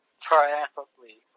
triumphantly